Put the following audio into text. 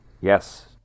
Yes